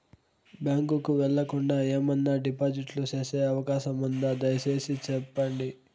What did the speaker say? Bank కు వెళ్లకుండా, ఏమన్నా డిపాజిట్లు సేసే అవకాశం ఉందా, దయసేసి సెప్పండి?